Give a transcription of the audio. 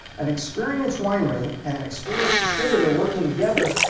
an experienced winery and an experienced distributor working together,